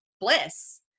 bliss